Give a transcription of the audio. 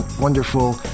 wonderful